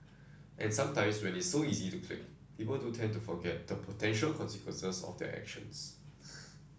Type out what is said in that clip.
and sometimes when it's so easy to click people do tend to forget the potential consequences of their actions